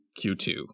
Q2